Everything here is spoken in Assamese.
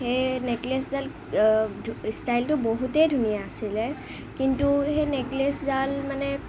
সেই নেকলেছডাল ষ্টাইলটো বহুতেই ধুনীয়া আছিলে কিন্তু সেই নেকলেছডাল মানে